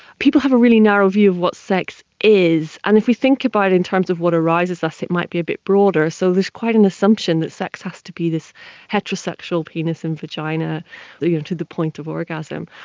people have a really narrow view of what sex is, and if we think about it in terms of what arouses us, it might be a bit broader. so there's quite an assumption that sex has to be this heterosexual penis and vagina you know to the point of orgasm.